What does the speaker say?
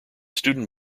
student